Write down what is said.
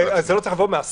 זה לא צריך לבוא מהשר?